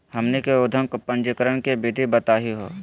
हमनी के उद्यम पंजीकरण के विधि बताही हो?